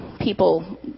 people